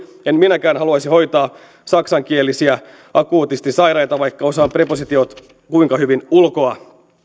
en minäkään haluaisi hoitaa saksankielisiä akuutisti sairaita vaikka osaan prepositiot kuinka hyvin ulkoa